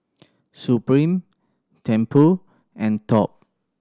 Supreme Tempur and Top